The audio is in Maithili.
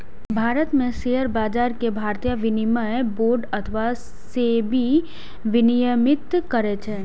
भारत मे शेयर बाजार कें भारतीय विनिमय बोर्ड अथवा सेबी विनियमित करै छै